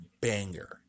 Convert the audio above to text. banger